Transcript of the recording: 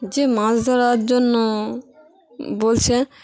যে মাছ ধরার জন্য বলছেন